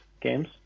games